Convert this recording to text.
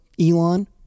elon